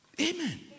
Amen